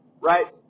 right